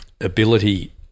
ability